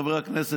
חברי הכנסת,